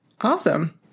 Awesome